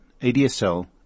ADSL